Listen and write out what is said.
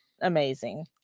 amazing